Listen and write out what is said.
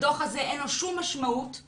אין לו שום משמעות אם